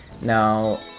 Now